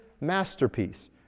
masterpiece